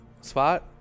spot